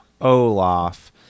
Olaf